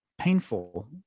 painful